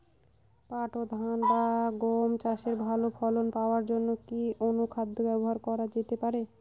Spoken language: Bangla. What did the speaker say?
পাট বা ধান বা গম চাষে ভালো ফলন পাবার জন কি অনুখাদ্য ব্যবহার করা যেতে পারে?